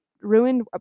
ruined